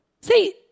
See